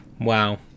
Wow